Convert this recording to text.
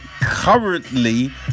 currently